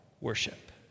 worship